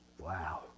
Wow